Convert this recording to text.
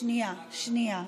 שנייה, שנייה.